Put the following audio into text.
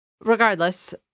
Regardless